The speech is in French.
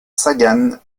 sagan